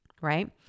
right